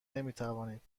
نمیتوانید